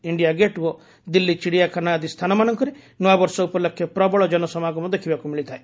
India gate ଓ ଦିଲ୍ଲୀ ଚିଡିଆଖାନା ଆଦି ସ୍ଥାନମାନଙ୍କରେ ନୂଆ ବର୍ଷ ଉପଲକ୍ଷେ ପ୍ରବଳ ଜନସମାଗମ ଦେଖିବାକୁ ମିଳିଥାଏ